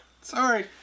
Sorry